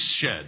shed